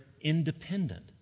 independent